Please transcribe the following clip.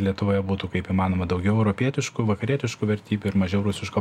lietuvoje būtų kaip įmanoma daugiau europietiškų vakarietiškų vertybių ir mažiau rusiško